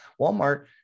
walmart